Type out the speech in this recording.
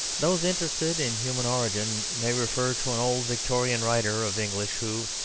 those interested in human origin may refer to an old victorian writer of english, who,